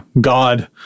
God